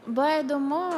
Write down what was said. buvo įdomu